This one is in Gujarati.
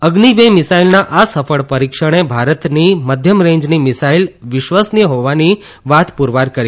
અઝિ બે મિસાઇલના આ સફળ પરીક્ષણે ભારતની મધ્યમ રેન્જની મિસાઇલ વિશ્વસનીય હોવાની વાત પૂરવાર કરી છે